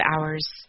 hours